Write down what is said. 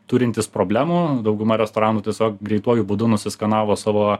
turintys problemų dauguma restoranų tiesiog greituoju būdu nusikanavo savo